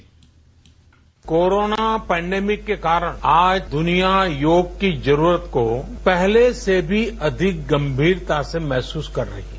bite corona pandemic के कारण आज दुनिया योग की जरूरत को पहले से भी अधिक गंभीरता से महसूस कर रही है